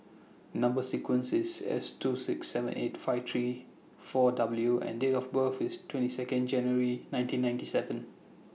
Number sequence IS S two six seven eight five three four W and Date of birth IS twenty Second January nineteen ninety seven